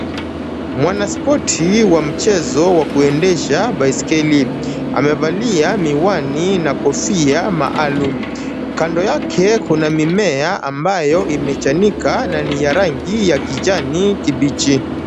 Mwanaspoti wa mchezo wa kuendesha baiskeli amevalia miwani na kofia maalum. Kando yake kuna mimea ambayo imechanika na ni ya rangi ya kijani kibichi.